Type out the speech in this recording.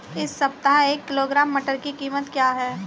इस सप्ताह एक किलोग्राम मटर की कीमत क्या है?